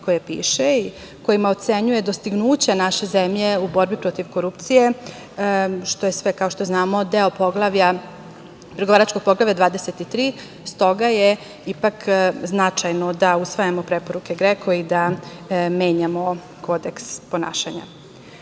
koje piše i kojima ocenjuje dostignuće naše zemlje u borbi protiv korupcije, što je sve, kao što znamo, deo pregovaračkog Poglavlja 23. Stoga je ipak značajno da usvajamo preporuke GREKO-a i da menjamo Kodeks ponašanja. Sa